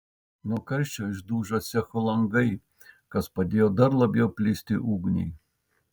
nuo karščio išdužo cecho langai kas padėjo dar labiau plisti ugniai